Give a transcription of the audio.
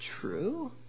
true